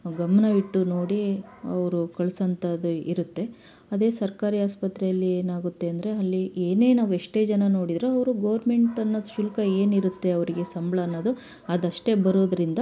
ಗಮನವಿಟ್ಟು ನೋಡಿ ಅವರು ಕಳ್ಸೋ ಅಂಥದ್ದು ಇರುತ್ತೆ ಅದೇ ಸರ್ಕಾರಿ ಆಸ್ಪತ್ರೆಯಲ್ಲಿ ಏನಾಗುತ್ತೆ ಅಂದರೆ ಅಲ್ಲಿ ಏನೇ ನಾವು ಎಷ್ಟೇ ಜನ ನೋಡಿದ್ರೂ ಅವರು ಗೋರ್ಮೆಂಟ್ ಅನ್ನೋದು ಶುಲ್ಕ ಏನು ಇರುತ್ತೆ ಅವರಿಗೆ ಸಂಬಳ ಅನ್ನೋದು ಅದು ಅಷ್ಟೇ ಬರೋದರಿಂದ